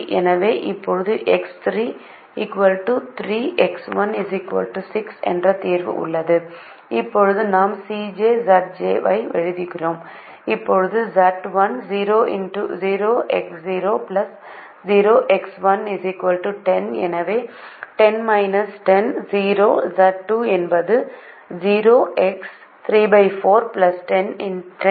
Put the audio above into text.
எனவே இப்போது X3 3 X1 6 என்ற தீர்வு உள்ளது இப்போது நாம் Cj Zj ஐ எழுதுகிறோம் இப்போது Z1 10 எனவே 0 Z2 என்பது 0x 34 10x 34 304